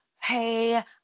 hey